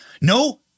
no